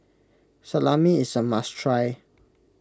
Salami is a must try